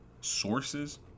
sources